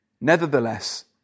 Nevertheless